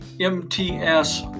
MTS